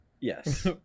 Yes